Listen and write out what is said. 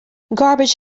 garbage